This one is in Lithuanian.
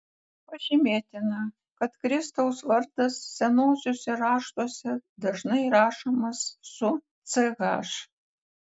pažymėtina kad kristaus vardas senuosiuose raštuose dažnai rašomas su ch